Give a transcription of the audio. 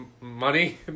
money